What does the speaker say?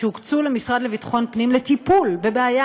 שהוקצו למשרד לביטחון הפנים לטיפול בבעיה